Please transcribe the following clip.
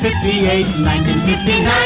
1958-1959